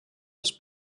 els